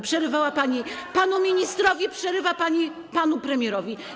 Przerywała pani panu ministrowi, przerywa pani panu premierowi.